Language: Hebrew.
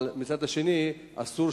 אבל מצד שני אסור